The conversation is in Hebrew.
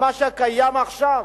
ממה שקיים עכשיו.